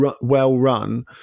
well-run